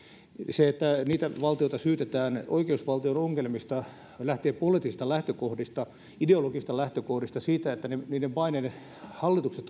se että niitä valtioita syytetään oikeusvaltion ongelmista lähtee poliittisista lähtökohdista ideologisista lähtökohdista siitä että niiden maiden hallitukset